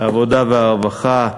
העבודה והרווחה.